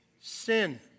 Sin